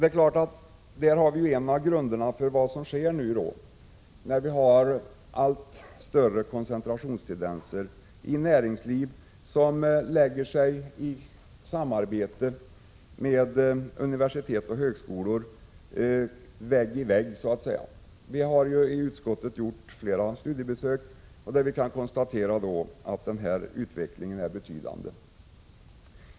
Det är klart att vi där har en av orsakerna till vad som sker nu, när vi får allt större koncentrationstendenser i och med att näringslivet placeras vägg i vägg med universitet och högskolor. Utskottet har gjort flera studiebesök, varvid vi kunnat konstatera att denna utvecklingstendens är betydande.